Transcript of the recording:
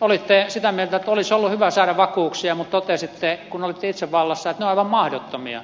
olitte sitä mieltä että olisi ollut hyvä saada vakuuksia mutta totesitte kun olitte itse vallassa että ne ovat aivan mahdottomia